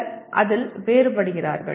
சிலர் அதில் வேறுபடுகிறார்கள்